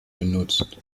benutzt